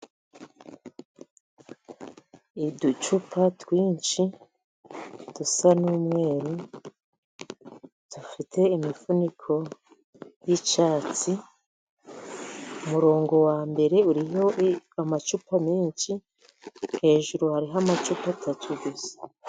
Uducupa twinshi dusa n'umweru dufite imifuniko y'icyatsi, umurongo wambere uriho amacupa menshi, hejuru hariho amacupa atatu gusa.